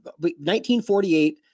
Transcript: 1948